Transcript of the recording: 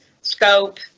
scope